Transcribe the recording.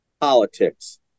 politics